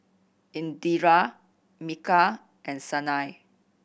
Indira Milkha and Sanal